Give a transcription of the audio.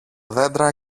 δέντρα